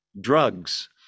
drugs